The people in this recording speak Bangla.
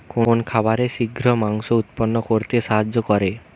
কোন খাবারে শিঘ্র মাংস উৎপন্ন করতে সাহায্য করে?